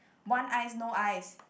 want ice no ice